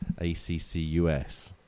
ACCUS